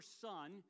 son